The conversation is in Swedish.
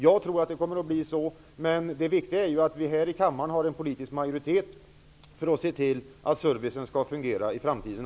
Jag tror att det kommer att bli så, men det viktiga är ju att vi här i kammaren har en politisk majoritet som vill se till att servicen fungerar också i framtiden.